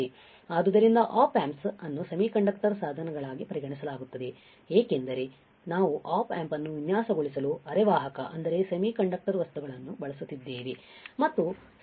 ಆದ್ದರಿಂದ op amps ಅನ್ನು semiconductor ಸಾಧನಗಳಾಗಿ ಪರಿಗಣಿಸಲಾಗುತ್ತದೆ ಏಕೆಂದರೆ ನಾವು ಆಪ್ ಆಂಪ್ ಅನ್ನು ವಿನ್ಯಾಸಗೊಳಿಸಲು ಅರೆವಾಹಕ ವಸ್ತುಗಳನ್ನು ಬಳಸುತ್ತಿದ್ದೇವೆ